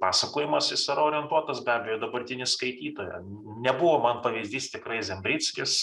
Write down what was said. pasakojimas jis yra orientuotas be abejo į dabartinį skaitytoją nebuvo man pavyzdys tikrai zembrickis